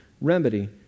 remedy